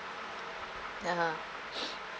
ya lah